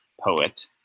poet